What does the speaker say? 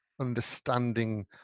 understanding